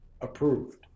approved